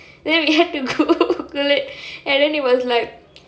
then we had to go Google it and then it was like